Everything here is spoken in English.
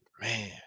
man